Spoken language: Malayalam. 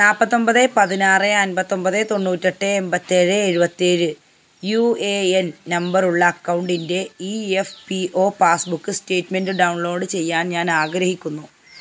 നാൽപ്പത്തൊമ്പത് പതിനാറ് അൻപത്തൊമ്പത് തൊണ്ണൂറ്റെട്ട് എൺപത്തേഴ് എഴുപത്തേഴ് യു എ എൻ നമ്പർ ഉള്ള അക്കൗണ്ടിൻ്റെ E F P O passbook statement download ചെയ്യാൻ ഞാൻ ആഗ്രഹിക്കുന്നു